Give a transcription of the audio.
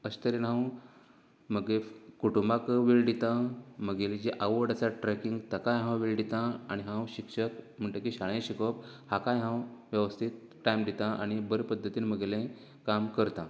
अशें तरेन हांव म्हगे कुटुंबाकय वेळ दितां म्हागेली जी आवड आसा ट्रेकिंग ताकाय हांव वेळ दितां आनी हांव शिक्षक म्हणटकीर शाळेंत शिकोवप हाकाय हांव वेवस्थीत टायम दितां आनीक बरे पद्दतीन म्हगेलें काम करता